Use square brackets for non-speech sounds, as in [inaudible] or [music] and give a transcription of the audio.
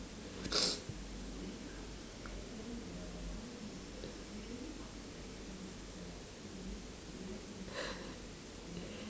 [noise]